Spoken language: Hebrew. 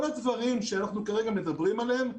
כל הדברים שאנחנו כרגע מדברים עליהם,